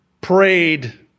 prayed